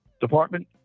department